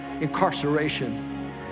incarceration